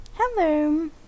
Hello